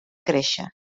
créixer